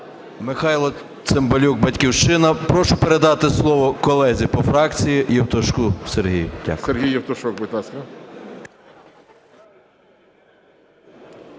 Михайло Цимбалюк, "Батьківщина". Прошу передати слово колезі по фракції Євтушку Сергію. Дякую. ГОЛОВУЮЧИЙ. Сергій Євтушок, будь ласка.